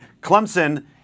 Clemson